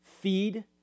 Feed